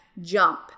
Jump